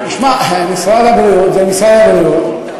תשמע, משרד הבריאות זה משרד הבריאות.